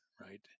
right